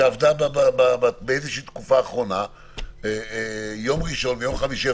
שעבדה בתקופה האחרונה בימי ראשון וחמישי,